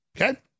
Okay